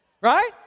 Right